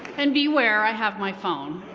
and beware i have my phone.